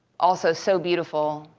also so beautiful,